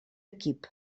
equip